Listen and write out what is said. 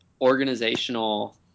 organizational